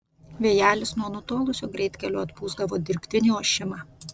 vėjelis nuo nutolusio greitkelio atpūsdavo dirbtinį ošimą